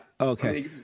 Okay